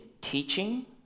teaching